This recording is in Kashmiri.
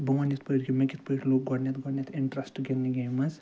تہٕ بہٕ ون یِتھ پٲٹھۍ کہِ مےٚ کِتھ پٲٹھۍ لوگ گۄڈنٮ۪تھ گۄڈنٮ۪تھ اِنٹرسٹ گِنٛدنہٕ گیمہِ منٛز